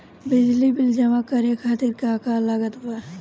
बिजली बिल जमा करे खातिर का का लागत बा?